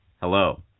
Hello